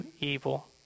evil